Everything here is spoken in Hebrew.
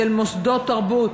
של מוסדות תרבות,